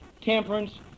temperance